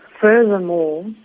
Furthermore